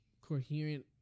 coherent